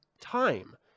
time